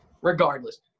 Regardless